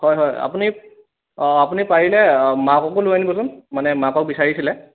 হয় হয় আপুনি আপুনি পাৰিলে মাককো লৈ আনিবচোন মানে মাকক বিচাৰিছিলে